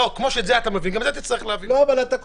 כמו שאת זה אתה מביא, גם את זה תצטרך להביא.